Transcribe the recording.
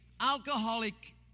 alcoholic